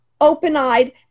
open-eyed